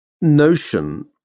notion